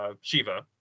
Shiva